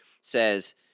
says